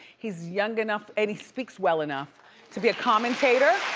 he's young enough, and he speaks well enough to be a commentator.